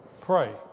Pray